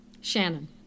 Shannon